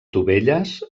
dovelles